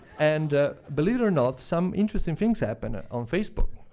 and believe it or not, some interesting things happen ah on facebook.